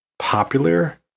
popular